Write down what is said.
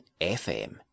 FM